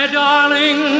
darling